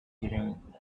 giving